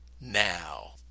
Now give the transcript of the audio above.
Now